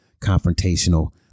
confrontational